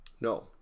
No